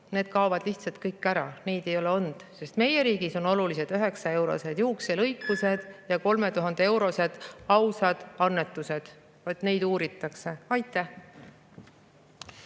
Need kaovad lihtsalt ära. Neid ei ole olnud, sest meie riigis on olulised üheksaeurosed juukselõikused ja 3000-eurosed ausad annetused. Vaat neid uuritakse. Aitäh!